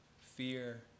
fear